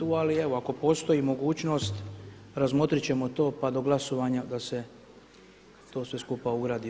Ali evo, ako postoji mogućnost razmotrit ćemo to pa do glasovanja da se to sve skupa ugradi.